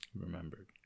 Remembered